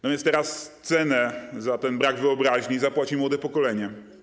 No więc teraz cenę za ten brak wyobraźni zapłaci młode pokolenie.